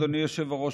אדוני היושב-ראש,